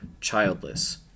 childless